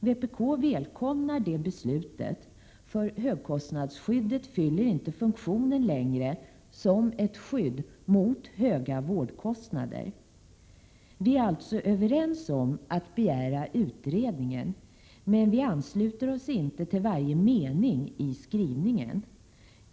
Vi välkomnar detta, för högkostnadsskyddet fyller inte längre funktionen som ett skydd mot höga vårdkostnader. Vi är alltså överens om att begära en utredning, men vi ansluter oss inte till 43 varje mening i skrivningen.